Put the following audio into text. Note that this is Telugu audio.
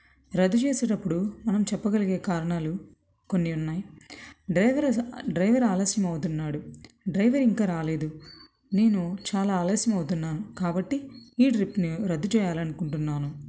రద్దు చేసేటప్పుడు మనం చెప్పగలిగే కారణాలు కొన్ని ఉన్నాయి డ్రైవర్ డ్రైవర్ ఆలస్యం అవుతున్నాడు డ్రైవర్ ఇంకా రాలేదు నేను చాలా ఆలస్యం అవుతున్నాను కాబట్టి ఈ ట్రిప్ని రద్దు చేయాలనుకుంటున్నాను